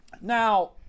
Now